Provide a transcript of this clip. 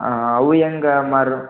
ಹಾಂ ಅವು ಹೆಂಗೆ ಮಾರು